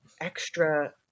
extra